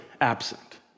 absent